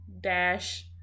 dash